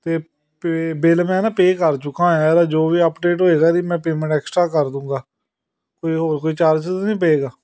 ਅਤੇ pay bill ਮੈਂ ਨਾ ਪੇ ਕਰ ਚੁੱਕਾ ਹੋਇਆ ਇਹਦਾ ਜੋ ਵੀ ਅਪਡੇਟ ਹੋਏਗਾ ਇਹਦੀ ਮੈਂ ਪੇਮੈਂਟ ਐਕਸਟਰਾ ਕਰ ਦੂੰਗਾ ਕੋਈ ਹੋਰ ਕੋਈ ਚਾਰਜਿਸ ਨਹੀਂ ਪਏਗਾ